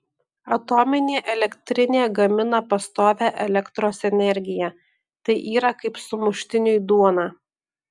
atominė elektrinė gamina pastovią elektros energiją tai yra kaip sumuštiniui duona